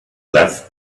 less